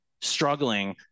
struggling